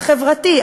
החברתי,